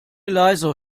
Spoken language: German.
leiser